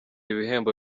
ibihembo